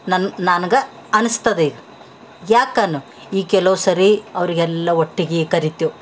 ನನ್ನ ನನ್ಗೆ ಅನಿಸ್ತದ ಈಗ ಯಾಕನ್ನು ಈ ಕೆಲವು ಸರಿ ಅವರಿಗೆಲ್ಲ ಒಟ್ಟಿಗೆ ಕರಿತೇವೆ